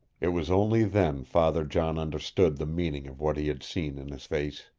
it was only then father john understood the meaning of what he had seen in his face.